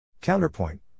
Counterpoint